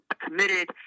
committed